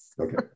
Okay